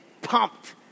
pumped